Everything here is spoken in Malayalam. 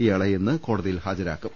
ഇയാളെ ഇന്ന് കോടതിയിൽ ഹാജരാക്കും